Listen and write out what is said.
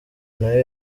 nayo